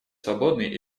свободный